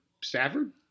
Stafford